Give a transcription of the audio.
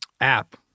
app